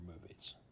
movies